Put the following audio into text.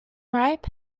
ripe